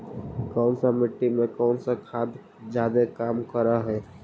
कौन सा मिट्टी मे कौन सा खाद खाद जादे काम कर हाइय?